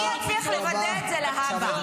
מי יצליח לוודא את זה להבא?